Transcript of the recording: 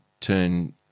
turn